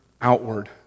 outward